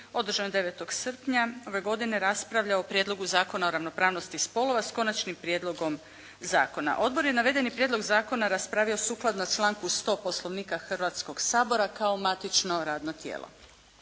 održanoj 9. srpnja ove godine raspravljao o Prijedlogu zakona o ravnopravnosti spolova s konačnim prijedlogom zakona. Odbor je navedeni prijedlog zakona raspravio sukladno članku 100. Poslovnika Hrvatskog sabora kao matično radno tijelo.